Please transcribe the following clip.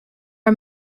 are